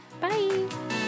bye